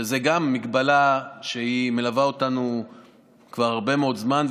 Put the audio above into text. שזו גם הגבלה שמלווה אותנו כבר הרבה מאוד זמן,